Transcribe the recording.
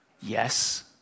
Yes